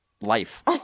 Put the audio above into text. life